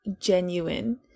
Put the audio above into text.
genuine